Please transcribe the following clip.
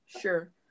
Sure